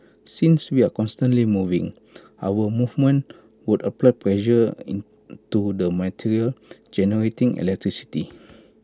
since we are constantly moving our movements would apply pressure into the material generating electricity